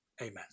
amen